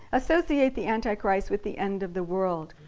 associate the antichrist with the end of the world.